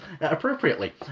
Appropriately